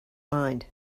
mind